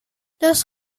los